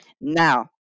Now